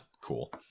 cool